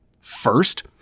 First